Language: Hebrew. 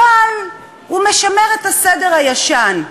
אבל הוא משמר את הסדר הישן,